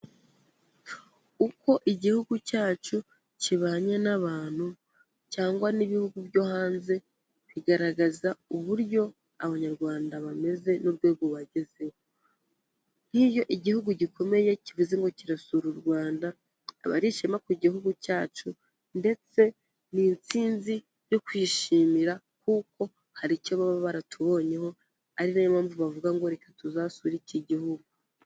Uko Igihugu cyacu kibanye n'abantu cyangwa n'ibihugu byo hanze bigaragaza uburyo Abanyarwanda bameze n'urwego bagezeho, nk'iyo igihugu gikomeye kivuze ngo kirasura u Rwanda aba ari ishema ku gihugu cyacu ndetse n'intsinzi yo kwishimira kuko hari icyo baba baratubonyeho, ari na yo mpamvu bavuga ngo reka tuzasure iki gihugu.